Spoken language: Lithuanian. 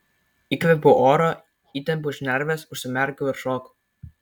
įkvėpiau oro įtempiau šnerves užsimerkiau ir šokau